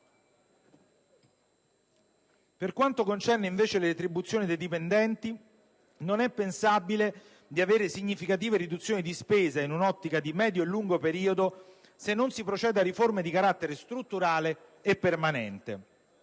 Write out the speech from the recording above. Per quanto concerne invece le retribuzioni dei dipendenti non è pensabile di ottenere significative riduzioni di spesa, in un'ottica di medio e lungo periodo, se non si procede a riforme di carattere strutturale e permanente.